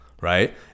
Right